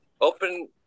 open